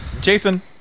Jason